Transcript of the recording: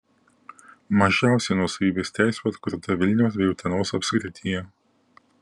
mažiausiai nuosavybės teisių atkurta vilniaus bei utenos apskrityje